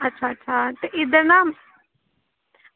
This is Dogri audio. अच्छा अच्छा ते इद्धर ना